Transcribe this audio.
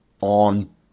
on